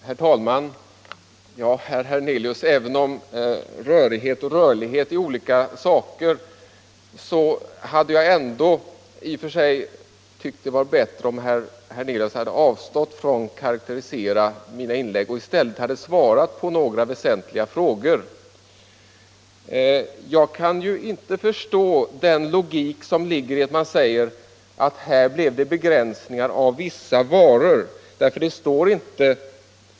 Herr talman! Ja, herr Hernelius, även om rörighet och rörlighet är olika saker, tycker jag att det hade varit bättre om herr Hernelius avstått från att karakterisera mina inlägg och i stället svarat på mina frågor. Jag kan inte förstå logiken i talet om att här blev det begränsningar av vissa varor.